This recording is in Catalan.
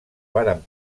varen